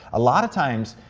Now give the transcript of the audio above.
a lot of times,